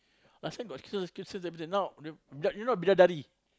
last time got Christian cemetery now oh you know the Bidadari